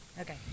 Okay